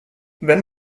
wenn